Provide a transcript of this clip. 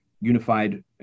unified